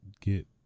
get